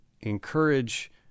encourage